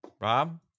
Rob